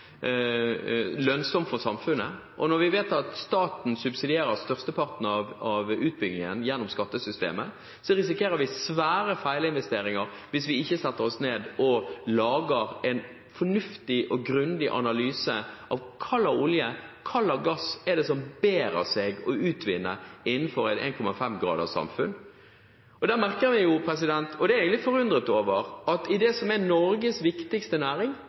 lønnsom for samfunnet, og når vi vet at staten subsidierer størsteparten av utbyggingen gjennom skattesystemet, risikerer vi svære feilinvesteringer hvis vi ikke setter oss ned og lager en fornuftig og grundig analyse av hva slags olje og hva slags gass det bærer seg å utvinne innenfor et 1,5-graderssamfunn. Jeg merker meg – og det er jeg litt forundret over – at i det som er Norges viktigste næring,